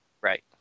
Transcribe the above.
right